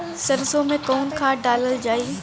सरसो मैं कवन खाद डालल जाई?